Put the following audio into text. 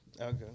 Okay